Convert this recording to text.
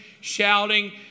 shouting